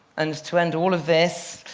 and to end all of this,